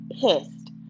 pissed